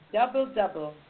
Double-double